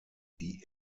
die